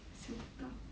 想不到